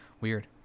Weird